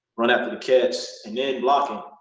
run after the catch and then blocking,